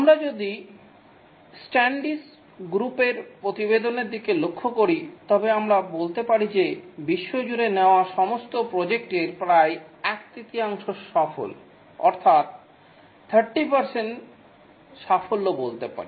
আমরা যদি স্ট্যান্ডিশ গ্রুপের প্রতিবেদনের দিকে লক্ষ্য করি তবে আমরা বলতে পারি যে বিশ্বজুড়ে নেওয়া সমস্ত প্রজেক্টের প্রায় এক তৃতীয়াংশ সফল অর্থাৎ 30 শতাংশ সাফল্য বলতে পারি